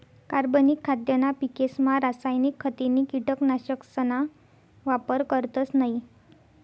कार्बनिक खाद्यना पिकेसमा रासायनिक खते नी कीटकनाशकसना वापर करतस नयी